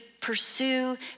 pursue